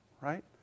Right